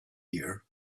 here